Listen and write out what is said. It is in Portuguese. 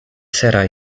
será